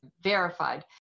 verified